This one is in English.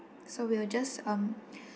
so we will just um